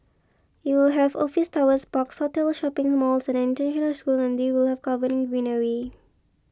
it will have office towers parks hotels shopping malls and an international school and they will be covered in greenery